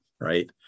Right